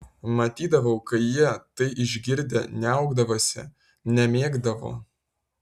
matydavau kai jie tai išgirdę niaukdavosi nemėgdavo